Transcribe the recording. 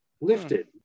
Lifted